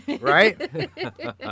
right